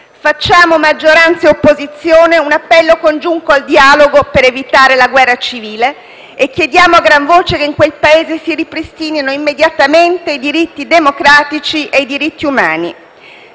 Facciamo, maggioranza e opposizione, un appello congiunto al dialogo per evitare la guerra civile e chiediamo a gran voce che in quel Paese si ripristinino immediatamente i diritti democratici e i diritti umani.